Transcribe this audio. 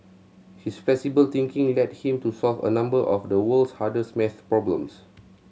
his flexible thinking led him to solve a number of the world's hardest math problems